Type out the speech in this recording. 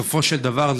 בסופו של דבר,